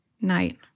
night